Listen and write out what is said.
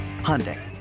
Hyundai